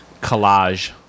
collage